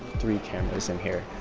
three cameras in here.